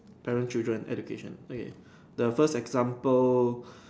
parent children education okay the first example